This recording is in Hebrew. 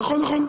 נכון.